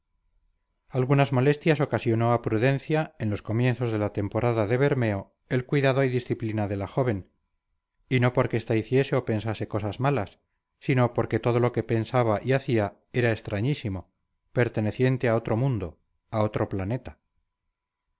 algunas molestias ocasionó a prudencia en los comienzos de la temporada de bermeo el cuidado y disciplina de la joven y no porque esta hiciese o pensase cosas malas sino porque todo lo que pensaba y hacía era extrañísimo perteneciente a otro mundo a otro planeta